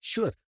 Sure